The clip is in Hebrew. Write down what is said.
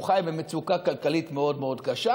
הוא חי במצוקה כלכלית מאוד מאוד קשה,